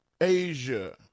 Asia